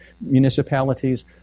municipalities